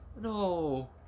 no